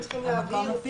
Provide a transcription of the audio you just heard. זה מה שאנחנו צריכים להבהיר.